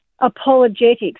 apologetics